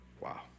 Wow